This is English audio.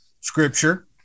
scripture